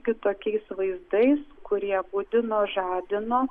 kitokiais vaizdais kurie budino žadino